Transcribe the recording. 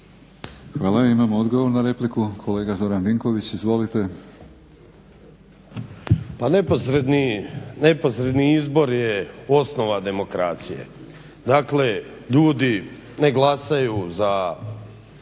Hvala. Imamo odgovor na repliku, kolega Zoran Vinković. Izvolite. **Vinković, Zoran (HDSSB)** Pa neposredni izbor je osnova demokracije. Dakle, ljudi ne glasaju za